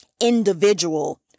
individual